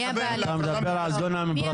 אתה מדבר על דונם פרטיים?